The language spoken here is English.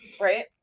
Right